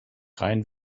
rein